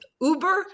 Uber